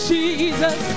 Jesus